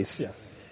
Yes